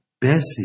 Bessie